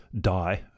die